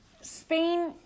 Spain